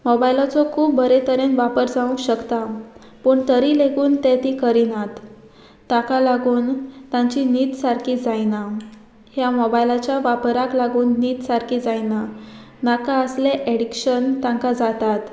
मोबायलाचो खूब बरे तरेन वापर जावंक शकता पूण तरी लेगून तें तीं करिनात ताका लागून तांची न्हीद सारकी जायना ह्या मोबायलाच्या वापराक लागून न्हीद सारकी जायना नाका आसले एडिक्शन तांकां जातात